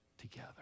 together